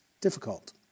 difficult